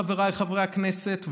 חבריי חברי הכנסת,